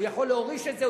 הוא יכול להוריש את זה,